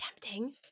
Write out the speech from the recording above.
tempting